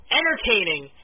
entertaining